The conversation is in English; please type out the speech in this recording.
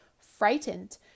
Frightened